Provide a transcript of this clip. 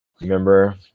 Remember